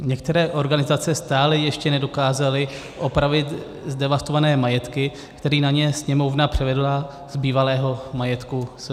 Některé organizace stále ještě nedokázaly opravit zdevastované majetky, které na ně Sněmovna převedla z bývalého majetku SSM.